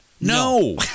no